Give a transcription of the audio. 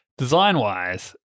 Design-wise